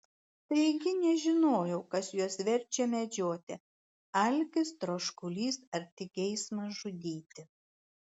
taigi nežinojau kas juos verčia medžioti alkis troškulys ar tik geismas žudyti